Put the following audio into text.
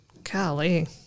golly